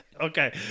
Okay